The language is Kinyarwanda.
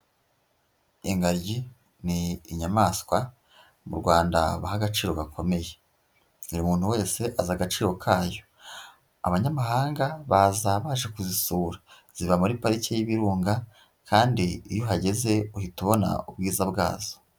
Ingagi ni inyamaswa mu Rwanda baha agaciro gakomeye, buri umuntu wese azi agaciro kayo, abanyamahanga bazaba baje kuzisura, ziba muri pariki y'Ibirunga kandi iyo uhageze uhita ubona ubwiza bwazo.